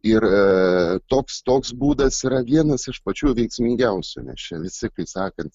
ir toks toks būdas yra vienas iš pačių veiksmingiausių nes čia visi kaip sakant